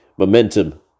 momentum